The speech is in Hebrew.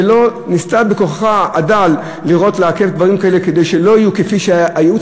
וניסתה בכוחה הדל לעכב דברים כאלה כדי שלא יהיו כפי שהיו.